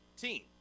team